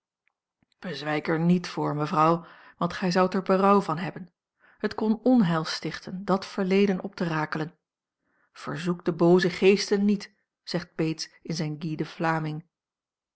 bezwijk er niet voor mevrouw want gij zoudt er berouw van hebben het kon onheil stichten dàt verleden op te rakelen verzoek de booze geesten niet zegt beets in zijn guy de vlaming